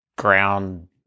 Ground